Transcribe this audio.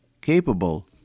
capable